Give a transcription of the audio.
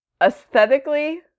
aesthetically